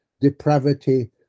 depravity